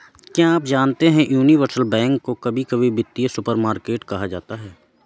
क्या आप जानते है यूनिवर्सल बैंक को कभी कभी वित्तीय सुपरमार्केट कहा जाता है?